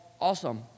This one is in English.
awesome